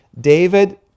David